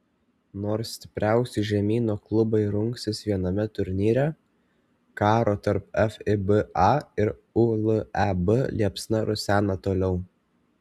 nors stipriausi žemyno klubai rungsis viename turnyre karo tarp fiba ir uleb liepsna rusena toliau